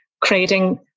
creating